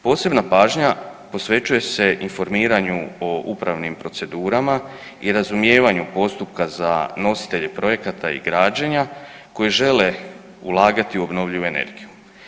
Posebna pažnja posvećuje se informiranju o upravnim procedurama i razumijevanju postupka za nositelje projekata i građenja koji žele ulagati u obnovljivu energiju.